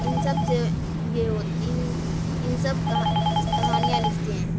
ان سب سے یہ ہو ان ان سب کہانیاں لکھتی ہیں